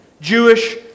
Jewish